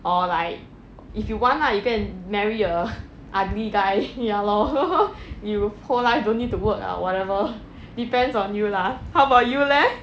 or like if you want lah you go and marry a ugly guy ya lor you whole life don't need to work ah whatever depends on you lah how about you leh